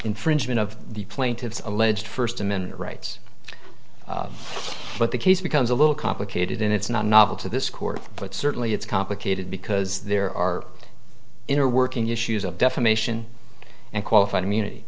infringement of the plaintiff's alleged first amendment rights but the case becomes a little complicated and it's not novel to this court but certainly it's complicated because there are inner working issues of defamation and qualified immunity